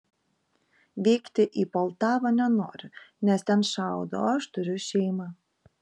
vykti į poltavą nenoriu nes ten šaudo o aš turiu šeimą